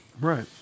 Right